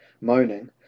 Moaning